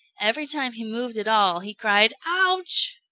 every time he moved at all he cried ouch!